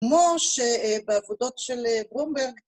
כמו שבעבודות של גרומברג